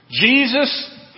Jesus